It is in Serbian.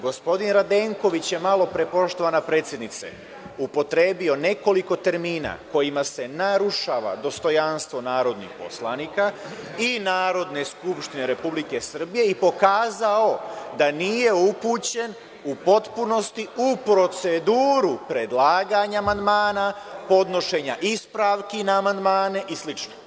Gospodin Radenković je malopre, poštovana predsednice, upotrebio nekoliko termina kojima se narušava dostojanstvo narodnih poslanika i Narodne skupštine Republike Srbije i pokazao da nije upućen u potpunosti u proceduru predlaganja amandmana, podnošenja ispravki na amandmane i slično.